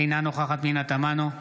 אינה נוכחת פנינה תמנו,